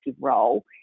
role